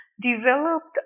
developed